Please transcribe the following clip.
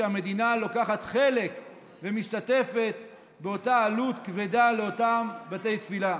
שהמדינה לוקחת חלק ומשתתפת באותה עלות כבדה לאותם בתי תפילה.